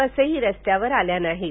बसही रस्त्यावर आल्या नाहीत